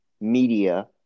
media